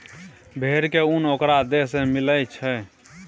भेड़ के उन ओकरा देह से मिलई छई